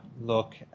look